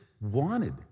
wanted